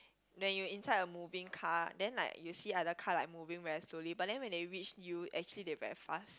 then you inside a moving car then like you see other car like moving very slowly but then when they reach you actually they very fast